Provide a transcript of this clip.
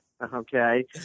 Okay